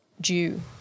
due